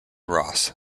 ross